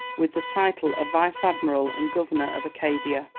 with the title of vice-admiral and governor of acadia.